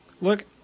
Look